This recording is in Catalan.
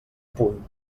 punt